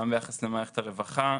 גם ביחס למערכת הרווחה.